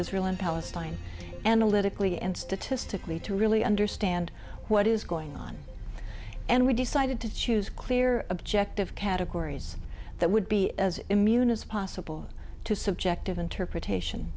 israel and palestine analytically and statistically to really understand what is going on and we decided to choose clear objective categories that would be as immune as possible to subjective interpretation